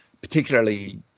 particularly